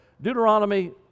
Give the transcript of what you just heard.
Deuteronomy